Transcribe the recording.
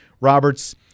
Roberts